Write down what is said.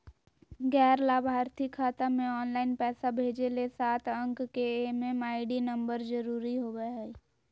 गैर लाभार्थी खाता मे ऑनलाइन पैसा भेजे ले सात अंक के एम.एम.आई.डी नम्बर जरूरी होबय हय